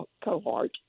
cohort